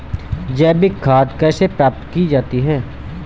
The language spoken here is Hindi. जैविक खाद कैसे प्राप्त की जाती है?